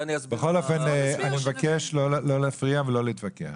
ואני מבקש לא להפריע ולא להתווכח,